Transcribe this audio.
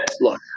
look